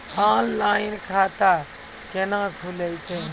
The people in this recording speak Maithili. ऑनलाइन खाता केना खुलै छै?